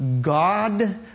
God